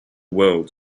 world